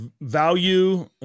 value